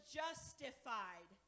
justified